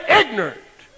ignorant